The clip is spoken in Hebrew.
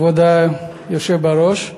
כבוד היושב בראש,